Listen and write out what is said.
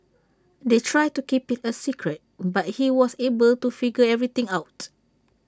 they tried to keep IT A secret but he was able to figure everything out